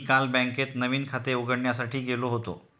मी काल बँकेत नवीन खाते उघडण्यासाठी गेलो होतो